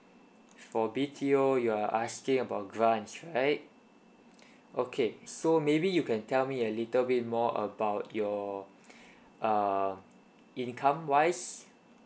for B_T_O you are asking about grants right okay so maybe you can tell me a little bit more about your err income wise